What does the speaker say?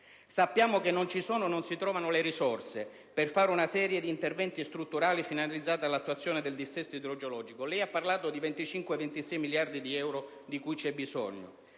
Sappiamo che non ci sono o non si trovano le risorse per fare una serie di interventi strutturali finalizzati all'attenuazione del dissesto idrogeologico. Lei, Sottosegretario, ha parlato di 25-26 miliardi di euro di cui c'è bisogno.